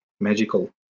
Magical